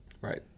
Right